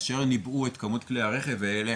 "..כאשר ניבאו את כמות כלי הרכב האלה,